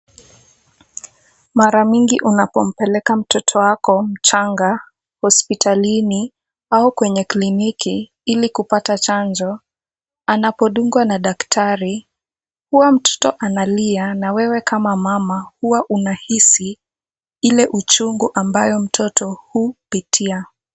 Mara mingi unapompeleka mtoto wako mchanga hospitalini au kwenye kliniki ili kupata chanjo anapodungwa na daktari huwa mtoto analia na wewe kama mama huwa unahisi ile uchungu ambayo mtoto hupitia.